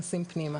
נכנס פנימה.